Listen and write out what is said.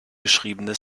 geschriebene